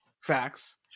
Facts